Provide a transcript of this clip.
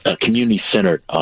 community-centered